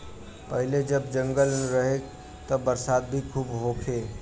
पहिले जब जंगल रहे त बरसात भी खूब होखे